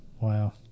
Wow